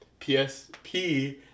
PSP